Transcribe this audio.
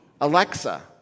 Alexa